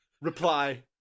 reply